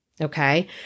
okay